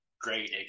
great